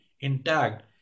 intact